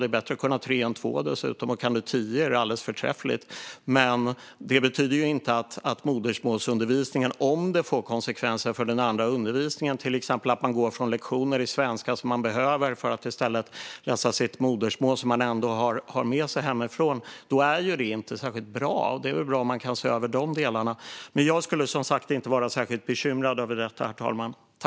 Det är bättre att kunna tre än två, dessutom, och kan man tio är det alldeles förträffligt. Men om modersmålsundervisningen får konsekvenser för den andra undervisningen, till exempel om man går från lektioner i svenska som man behöver för att i stället läsa sitt modersmål som man ändå har med sig hemifrån, är det inte särskilt bra. Det är väl bra om man kan se över de delarna. Men jag skulle som sagt inte vara särskilt bekymrad över detta.